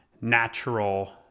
natural